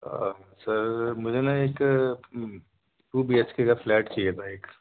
سر مجھے نا ایک ٹو بی ایچ کے کا فلیٹ چاہیے تھا ایک